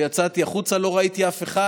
יצאתי החוצה, ולא ראיתי אף אחד.